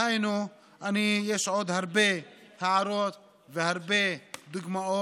יש עוד הרבה הערות והרבה דוגמות.